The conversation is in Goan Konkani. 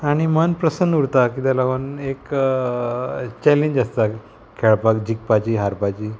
आनी मन प्रसन्न उरता कित्याक लागोन एक चॅलेंज आसता खेळपाक जिखपाची हारपाची